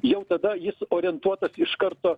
jau tada jis orientuotas iš karto